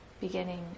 beginning